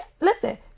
listen